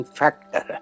factor